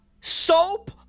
Soap